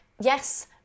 Yes